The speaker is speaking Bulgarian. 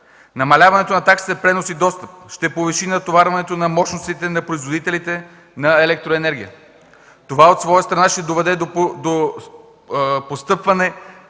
Намаляването на таксите пренос и достъп ще повиши натоварването на мощностите на производителите на електроенергия. Това от своя страна ще доведе до постъпване